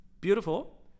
beautiful